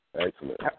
Excellent